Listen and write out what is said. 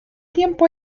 tiempo